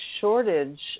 shortage